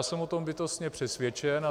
Jsem o tom bytostně přesvědčen.